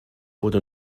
wurde